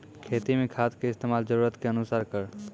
खेती मे खाद के इस्तेमाल जरूरत के अनुसार करऽ